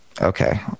Okay